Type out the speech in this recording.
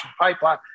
pipeline